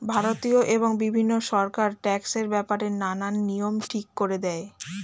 ভারতীয় এবং বিভিন্ন সরকার ট্যাক্সের ব্যাপারে নানান নিয়ম ঠিক করে দেয়